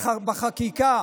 בחקיקה